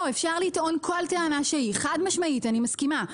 אפשר לטעון כל טענה שהיא, חד משמעית, אני מסכימה.